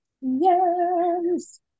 yes